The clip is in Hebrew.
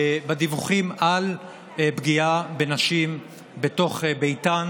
על פגיעה בנשים בתוך ביתן,